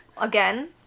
again